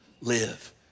live